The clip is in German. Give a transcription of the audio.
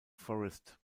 forest